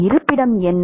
இருப்பிடம் என்ன